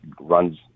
runs